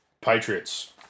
Patriots